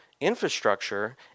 infrastructure